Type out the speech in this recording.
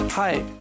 Hi